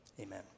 Amen